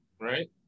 right